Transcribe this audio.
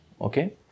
okay